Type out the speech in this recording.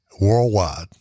worldwide